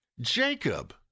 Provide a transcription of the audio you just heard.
Jacob